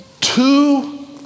Two